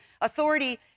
authority